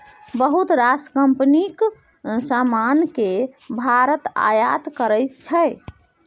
बहुत रास कंपनीक समान केँ भारत आयात करै छै